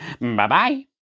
Bye-bye